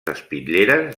espitlleres